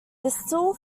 distal